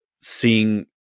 seeing